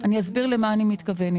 אני אסביר למה אני מתכוונת.